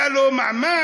היה לו מעמד.